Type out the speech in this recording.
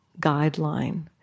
guideline